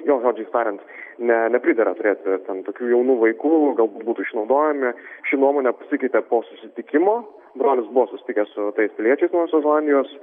jo žodžiais tariant ne nepridera turėti ten tokių jaunų vaikų gal būtų išnaudojami ši nuomonė pasikeitė po susitikimo brolis buvo susitikęs su tais piliečiais naujosios zelandijos